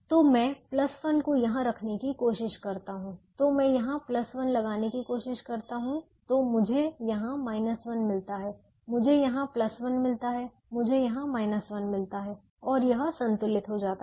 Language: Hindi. तो मैं 1 को यहां रखने की कोशिश करता हूं तो मैं यहां 1 लगाने की कोशिश करता हूं तो मुझे यहां 1 मिलता है मुझे यहां 1 मिलता है मुझे यहां 1 मिलता है और यह संतुलित हो जाता है